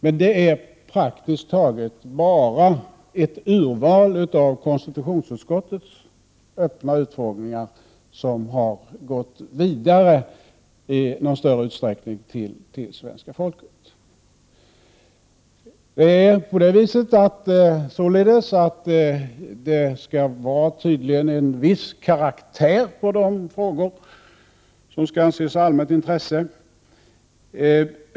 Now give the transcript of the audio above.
Men det är praktiskt taget bara ett urval av konstitutionsutskottets öppna utfrågningar som i någon större utsträckning har gått vidare till svenska folket. Det skall tydligen vara en viss karaktär på de frågor som skall anses vara av allmänt intresse.